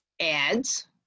ads